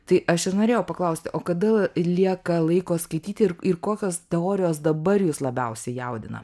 tai aš ir norėjau paklausti o kada lieka laiko skaityti ir ir kokios teorijos dabar jus labiausiai jaudina